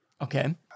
Okay